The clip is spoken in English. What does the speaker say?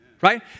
right